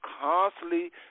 constantly